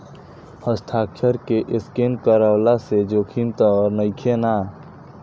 हस्ताक्षर के स्केन करवला से जोखिम त नइखे न?